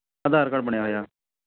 ਆਧਾਰ card ਬਣਿਆ ਹੋਇਆ